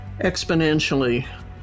exponentially